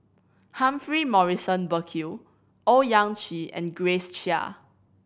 Humphrey Morrison Burkill Owyang Chi and Grace Chia